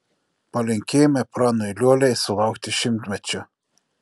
palinkėjome pranui liuoliai sulaukti šimtmečio